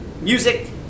music